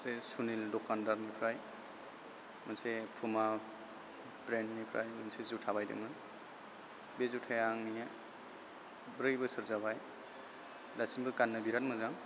बे सुनिल दखानदारनिफ्राय मोनसे पुमा ब्रेन्दनिफ्राय मोनसे जुता बायदोंमोन बे जुताया आंनि ब्रै बोसोर जाबाय दासिमबो गाननो बिराद मोजां